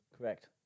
Correct